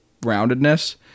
roundedness